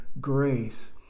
grace